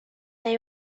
they